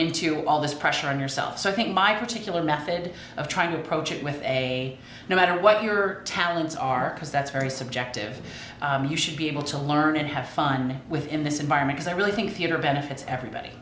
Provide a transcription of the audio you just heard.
into all this pressure on yourself so i think my particular method of trying to approach it with a no matter what your talents are because that's very subjective you should be able to learn and have fun with in this environment is i really think theater benefits everybody